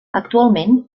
actualment